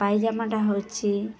ପାଇଜାମାଟା ହେଉଛି